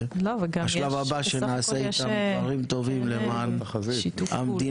והשלב הבא שנעשה איתם דברים טובים למען המדינה.